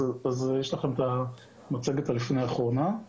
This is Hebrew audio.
יש לכם את המצגת הלפני אחרונה.